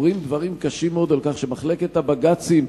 אומרים דברים קשים מאוד על כך שמחלקת הבג"צים,